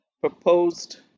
proposed